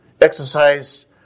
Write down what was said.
Exercise